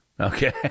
Okay